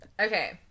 Okay